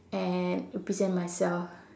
and represent myself